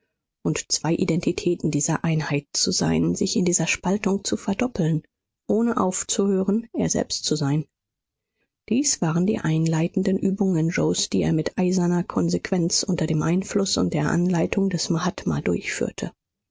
und zwei identitäten dieser einheit zu sein sich in dieser spaltung zu verdoppeln ohne aufzuhören er selbst zu sein dies waren die einleitenden übungen yoes die er mit eiserner konsequenz unter dem einfluß und der anleitung des mahatma durchführte